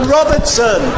Robertson